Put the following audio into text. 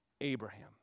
Abraham